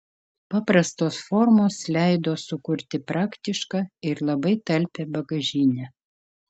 paprastos formos leido sukurti praktišką ir labai talpią bagažinę